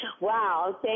Wow